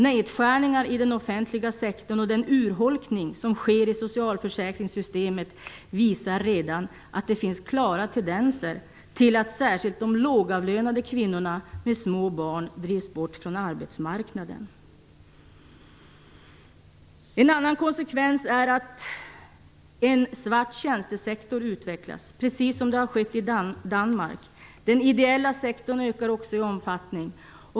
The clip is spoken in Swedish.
Nedskärningar i den offentliga sektorn och den urholkning som sker i socialförsäkringssystemet visar redan att det finns klara tendenser till att särskilt de lågavlönade kvinnorna med små barn drivs bort från arbetsmarknaden. En annan konsekvens är att en svart tjänstesektor utvecklas, precis som det har skett i Danmark. Den ideella sektorn ökar också i omfattning.